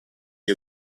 gli